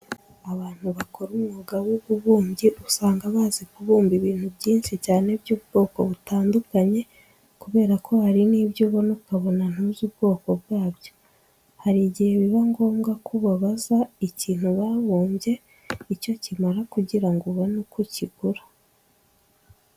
Abantu bakora umwuga w'ububumbyi usanga bazi kubumba ibintu byinshi cyane by'ubwoko butandukanye kubera ko hari n'ibyo ubona ukabona ntuzi ubwoko bwabyo. Hari igihe biba ngombwa ko ubabaza ikintu babumbye icyo kimara kugira ngo ubone uko ukigura.